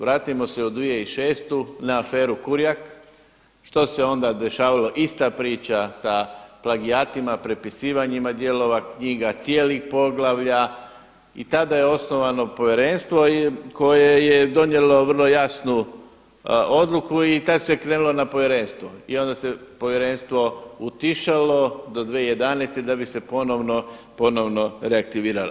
Vratimo se u 2006. na aferu Kurjak što se onda dešavalo, ista priča sa plagijatima, prepisivanjima dijelova knjiga, cijelih poglavlja i tada je osnovano Povjerenstvo koje je donijelo vrlo jasnu odluku i tada se krenulo na povjerenstvo i onda se povjerenstvo utišalo do 2011. da bi se ponovno reaktiviralo.